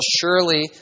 surely